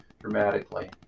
dramatically